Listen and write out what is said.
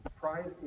Pride